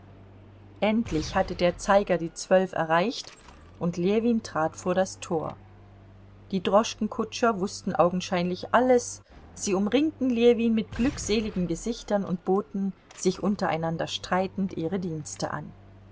endlich hatte der zeiger die zwölf erreicht und ljewin trat vor das tor die droschkenkutscher wußten augenscheinlich alles sie umringten ljewin mit glückseligen gesichtern und boten sich untereinander streitend ihre dienste an